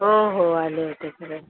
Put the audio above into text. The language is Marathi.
हो हो आले होते खरं